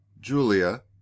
julia